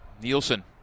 Nielsen